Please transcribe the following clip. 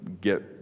get